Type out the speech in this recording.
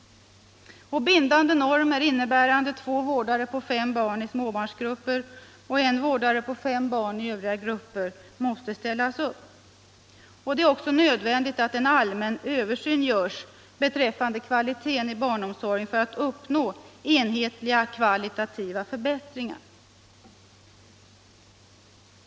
Bindande normer, innebärande två vårdare på fem barn i småbarnsgrupperna och en vårdare på fem barn i övriga grupper, måste ställas upp. Det är nödvändigt att en allmän översyn görs beträffande kvaliteten i barnomsorgen för att uppnå enhetliga och kvalitativa förbättringar.